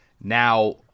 now